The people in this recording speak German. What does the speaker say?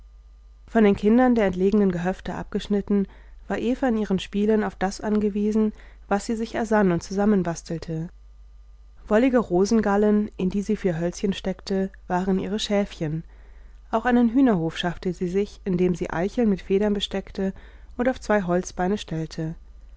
von den kindern der entlegenen gehöfte abgeschnitten war eva in ihren spielen auf das angewiesen was sie sich ersann und zusammenbastelte wollige rosengallen in die sie vier hölzchen steckte waren ihre schäfchen auch einen hühnerhof schaffte sie sich indem sie eicheln mit federn besteckte und auf zwei holzbeine stellte